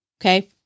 Okay